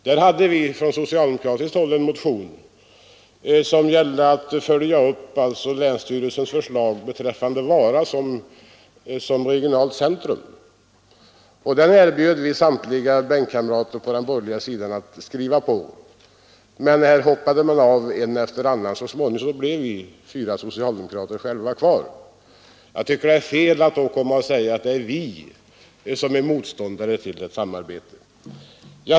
Vi hade från socialdemokratiskt håll fört fram en motion som gällde att man skulle följa upp länsstyrelsens förslag beträffande Vara som regionalt centrum, och vi erbjöd samtliga bänkkamrater på den borgerliga sidan att skriva på motionen. Men en efter en hoppade av, och så småningom blev vi fyra socialdemokrater från länet ensamma kvar. Jag tycker att det då är fel att säga att det är vi som är motståndare till ett samarbete.